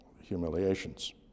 humiliations